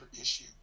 issue